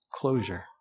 closure